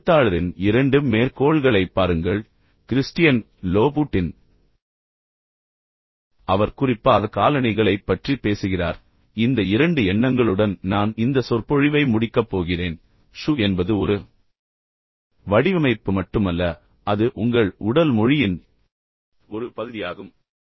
ஒரே எழுத்தாளரின் இரண்டு மேற்கோள்களைப் பாருங்கள் கிறிஸ்டியன் லோபூட்டின் அவர் குறிப்பாக காலணிகளைப் பற்றி பேசுகிறார் இந்த இரண்டு எண்ணங்களுடன் நான் இந்த சொற்பொழிவை முடிக்கப் போகிறேன் ஷூ என்பது ஒரு வடிவமைப்பு மட்டுமல்ல அது உங்கள் உடல் மொழியின் ஒரு பகுதியாகும்